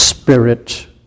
Spirit